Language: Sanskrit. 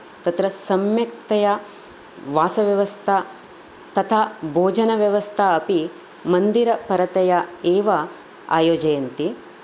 तत्र सम्यक्तया वासव्यवस्था तथा भोजनव्यवस्था अपि मन्दिरपरतया एव आयोजयन्ति